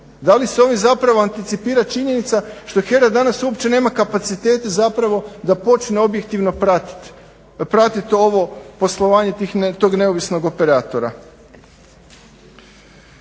Da li se ovim zapravo anticipira činjenica što HERA danas uopće nema kapacitete zapravo da počne objektivno pratiti ovo poslovanje tog neovisnog operatora?